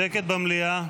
שקט במליאה.